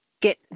get